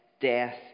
death